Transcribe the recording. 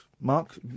Mark